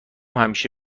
همیشه